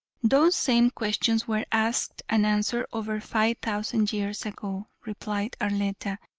those same questions were asked and answered over five thousand years ago, replied arletta,